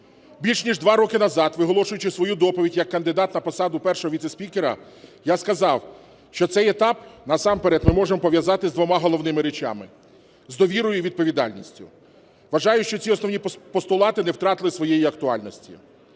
Більш ніж два роки назад, виголошуючи свою доповідь як кандидат на посаду Першого віцеспікера, я сказав, що цей етап насамперед ми можемо пов'язати з двома головними речами – з довірою і відповідальністю. Вважаю, що ці основні постулати не втратили своєї актуальності.